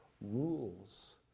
rules